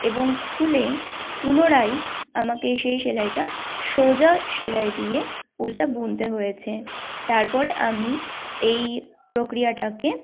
এবং খুলে পুনরায় আমাকে সেই সেলাইটা সোজা সেলাই দিয়ে উলটা বুনতে হয়েছে তার পরে আমি এই প্রক্রিয়াটাকে